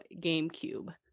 GameCube